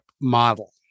model